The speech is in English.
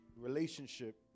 relationship